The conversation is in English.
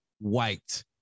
white